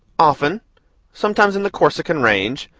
often sometimes in the corsican range,